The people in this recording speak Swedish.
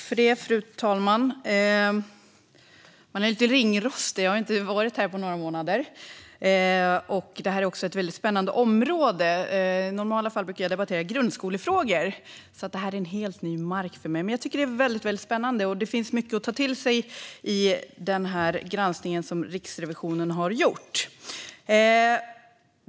Fru talman! Jag är lite ringrostig eftersom jag inte har varit här på några månader. I normala fall brukar jag debattera grundskolefrågor, så detta är ny mark för mig. Men det är spännande, och det finns mycket att ta till sig i Riksrevisionens granskning.